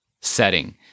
setting